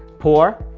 pour